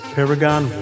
Paragon